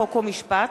חוק ומשפט,